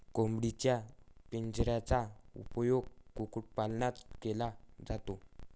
कोंबडीच्या पिंजऱ्याचा उपयोग कुक्कुटपालनात केला जातो